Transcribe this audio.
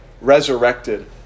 resurrected